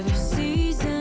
season